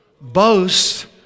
boast